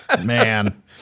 Man